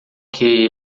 que